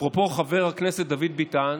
אפרופו חבר הכנסת דוד ביטן,